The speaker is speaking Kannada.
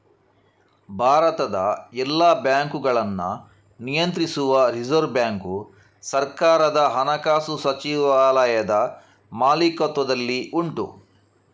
ಭಾರತದ ಎಲ್ಲ ಬ್ಯಾಂಕುಗಳನ್ನ ನಿಯಂತ್ರಿಸುವ ರಿಸರ್ವ್ ಬ್ಯಾಂಕು ಸರ್ಕಾರದ ಹಣಕಾಸು ಸಚಿವಾಲಯದ ಮಾಲೀಕತ್ವದಲ್ಲಿ ಉಂಟು